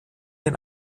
den